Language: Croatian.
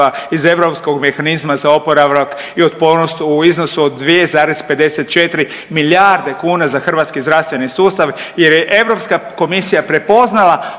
iz Europskog mehanizma za oporavak i otpornost u iznosu od 2,54 milijarde kuna za hrvatski zdravstveni sustav jer je Europska komisija prepoznala